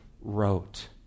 wrote